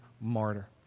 martyr